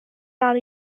not